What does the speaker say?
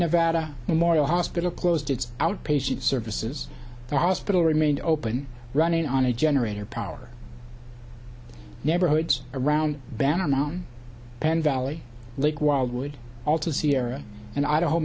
nevada and morial hospital closed its outpatient services the hospital remained open running on a generator power neighborhoods around banner mountain penn valley lake wildwood all to sierra and i